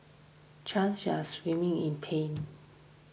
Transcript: Chan screaming in pain